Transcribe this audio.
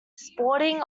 sporting